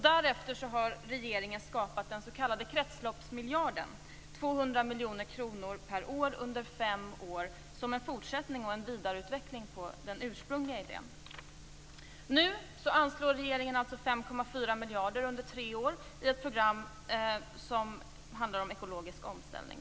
Därefter har regeringen skapat den s.k. kretsloppsmiljarden, dvs. 200 miljoner kronor per år under fem år som en fortsättning och vidareutveckling av den ursprungliga idén. Nu anslår regeringen 5,4 miljarder under tre år i ett program som handlar om ekologisk omställning.